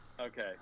Okay